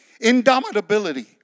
indomitability